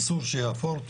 אסור שהיה אפור,